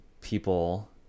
people